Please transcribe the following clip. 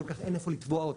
אין כל כך איפה לטבוע אותה.